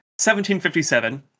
1757